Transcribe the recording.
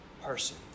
person